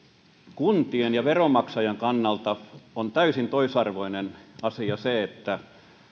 kuntien ja veronmaksajan kannalta on täysin toisarvoinen asia